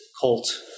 cult